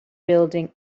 building